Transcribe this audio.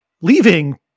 leaving